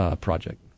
project